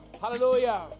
Hallelujah